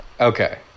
Okay